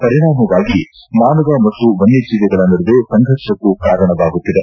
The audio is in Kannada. ಪರಿಣಾಮವಾಗಿ ಮಾನವ ಮತ್ತು ವನ್ನಜೀವಿಗಳ ನಡುವೆ ಸಂಘರ್ಷಕ್ಕೂ ಕಾರಣವಾಗುತ್ತಿದೆ